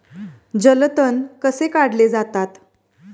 जलतण कसे काढले जातात?